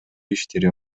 иштери